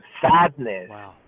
sadness